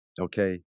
okay